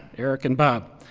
eric and bob,